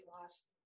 lost